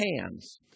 hands